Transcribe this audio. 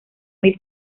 mil